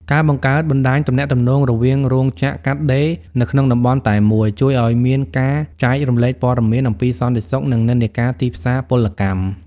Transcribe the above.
ការបង្កើតបណ្ដាញទំនាក់ទំនងរវាងរោងចក្រកាត់ដេរនៅក្នុងតំបន់តែមួយ ជួយឱ្យមានការចែករំលែកព័ត៌មានអំពីសន្តិសុខ និងនិន្នាការទីផ្សារពលកម្ម។